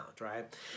right